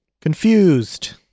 confused